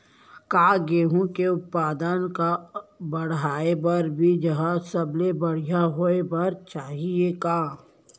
का गेहूँ के उत्पादन का बढ़ाये बर बीज ह सबले बढ़िया होय बर चाही का?